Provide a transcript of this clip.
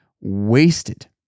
wasted